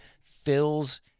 fills